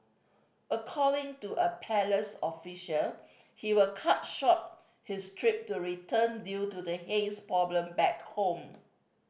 according to a palace official he will cut short his trip to return due to the haze problem back home